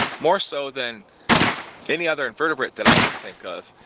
more so than any other invertebrate that i can think of.